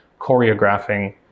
choreographing